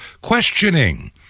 questioning